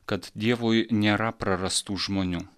kad dievui nėra prarastų žmonių